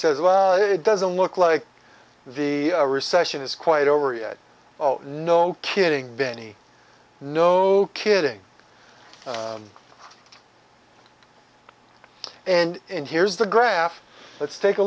says well it doesn't look like the recession is quite over yet no kidding benny no kidding and here's the graph let's take a